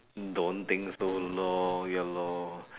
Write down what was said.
don't think so long ya lor